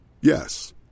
Yes